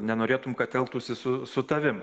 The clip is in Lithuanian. nenorėtum kad elgtųsi su su tavim